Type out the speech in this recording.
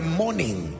morning